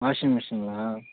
washing மிஷின்ங்களா